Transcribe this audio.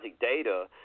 data